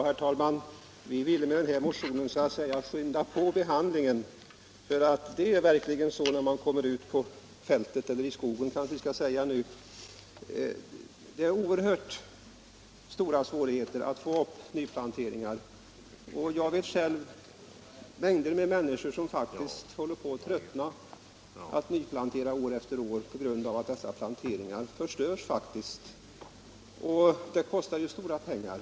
Herr talman! Vi ville med den här motionen så att säga skynda på behandlingen, för det är verkligen ute på fältet — eller i skogen kanske man skall säga — oerhört svårt att få upp nyplanteringar. Jag vet själv att det finns mängder av människor som tröttnar på att nyplantera år efter år på grund av att planteringarna förstörs. Det kostar stora pengar.